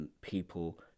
People